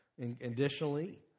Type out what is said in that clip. Additionally